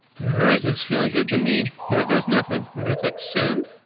alright, this is feeling good to me. here it goes, nothing. we're gonna click send,